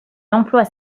emploie